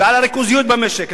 ועל הריכוזיות במשק.